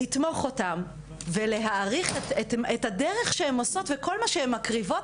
לתמוך בהן ולהעריך את הדרך שהן עושות וכל מה שהן מקריבות,